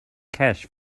cash